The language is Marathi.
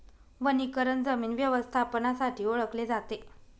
वनीकरण जमीन व्यवस्थापनासाठी ओळखले जाते